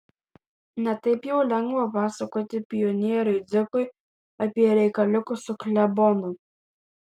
ne taip jau lengva pasakoti pionieriui dzikui apie reikaliukus su klebonu